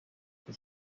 for